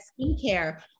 skincare